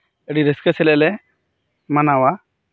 ᱟᱹᱰᱤ ᱨᱟᱹᱥᱠᱟᱹ ᱥᱟᱞᱟᱜ ᱞᱮ ᱢᱟᱱᱟᱣᱟ